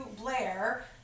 Blair